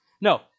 No